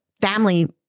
family